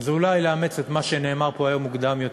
זה אולי לאמץ את מה שנאמר פה היום מוקדם יותר: